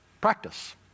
practice